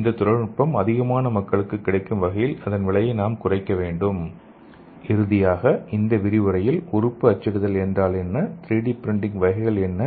இந்த தொழில்நுட்பம் அதிகமான மக்களுக்கு கிடைக்கும் வகையில் இதன் விலையை நாம் குறைக்க வேண்டும் இறுதியாக இந்த விரிவுரையில் உறுப்பு அச்சிடுதல் என்றால் என்ன 3 டி பிரிண்டிங் வகைகள் என்ன